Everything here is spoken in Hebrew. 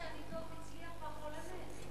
שהניתוח הצליח והחולה מת.